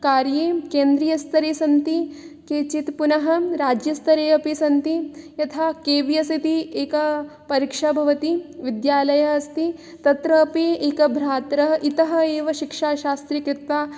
कार्ये केन्द्रीयस्तरे सन्ति केचित् पुनः राज्यस्तरे अपि सन्ति यथा के वि एस् इति एका परीक्षा भवति विद्यालयः अस्ति तत्र अपि एकः भ्रातरः इतः एव शिक्षाशास्त्री कृत्वा